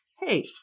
hey